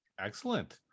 Excellent